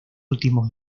últimos